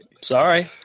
Sorry